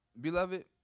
Beloved